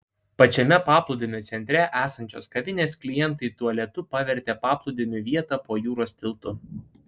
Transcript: pačiame paplūdimio centre esančios kavinės klientai tualetu pavertė paplūdimio vietą po jūros tiltu